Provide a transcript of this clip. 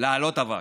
להעלות אבק.